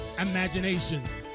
imaginations